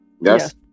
Yes